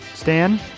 Stan